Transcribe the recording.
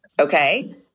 Okay